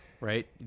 right